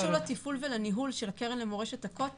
זה קצת קשור לתפעול ולניהול של הקרן למורשת הכותל.